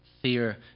Fear